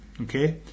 Okay